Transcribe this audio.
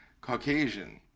Caucasian